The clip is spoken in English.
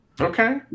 Okay